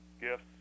gifts